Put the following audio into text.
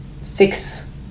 fix